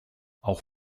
auch